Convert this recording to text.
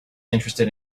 interested